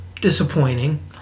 disappointing